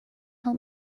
help